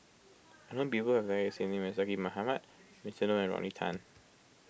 I know people who have the exact name as Zaqy Mohamad Winston Oh and Rodney Tan